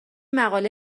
مقاله